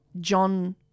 John